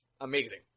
amazing